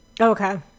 Okay